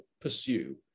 pursue